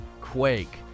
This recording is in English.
Quake